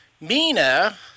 Mina